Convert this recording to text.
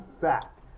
fact